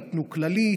נתנו כללי,